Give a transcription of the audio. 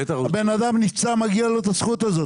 הבן אדם נפצע, ומגיעה לו הזכות הזאת.